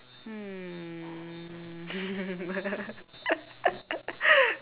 hmm